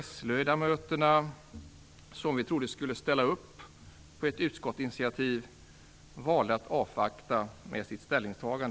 S-ledamöterna, som vi trodde skulle ställa upp på ett utskottsinitiativ, valde att avvakta med sitt ställningstagande.